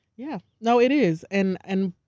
yeah. no, it is. and and